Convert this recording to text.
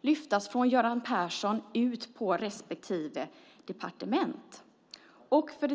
lyft ut detta från enbart Göran Persson till respektive departement.